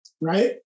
Right